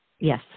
Yes